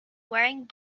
wearing